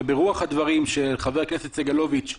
וברוח הדברים שחבר הכנסת סגלוביץ'